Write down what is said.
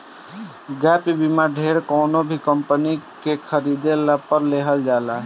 gap बीमा ढेर कवनो भी कंपनी के खरीदला पअ लेहल जाला